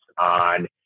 on